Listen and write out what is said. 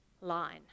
line